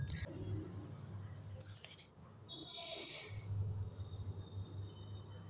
सब्बो के जघा ह बने रद्दा के तीर म नइ राहय अउ पारा मुहल्ला म दुकान खोलबे त बने चलय घलो नहि